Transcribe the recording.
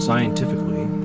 Scientifically